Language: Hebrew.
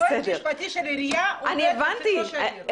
יועץ משפטי של העירייה הוא עובד בשביל ראש העיר.